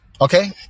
okay